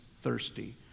thirsty